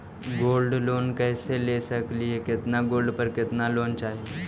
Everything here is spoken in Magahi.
गोल्ड लोन कैसे ले सकली हे, कितना गोल्ड पर कितना लोन चाही?